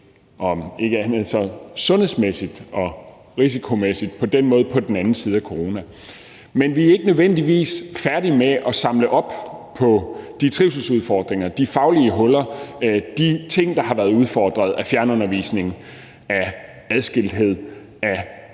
om ikke andet så sundhedsmæssigt og risikomæssigt – er på den anden side af corona. Men vi er ikke nødvendigvis færdig med at samle op på de trivselsudfordringer, de faglige huller og de ting, der har været udfordret af fjernundervisning, af adskilthed, af